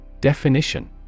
Definition